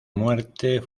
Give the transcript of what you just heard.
muerte